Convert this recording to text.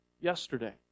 yesterday